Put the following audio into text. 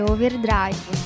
Overdrive